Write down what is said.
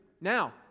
Now